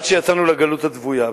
עד שיצאנו לגלות הדוויה.